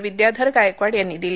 विद्याधर गायकवाड यांनी दिली